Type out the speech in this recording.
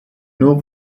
nur